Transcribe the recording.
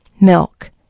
milk